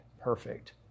perfect